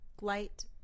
light